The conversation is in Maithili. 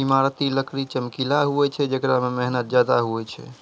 ईमारती लकड़ी चमकिला हुवै छै जेकरा मे मेहनत ज्यादा हुवै छै